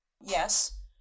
Yes